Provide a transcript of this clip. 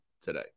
today